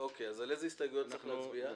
על איזה הסתייגויות צריך להצביע?